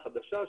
החדשה,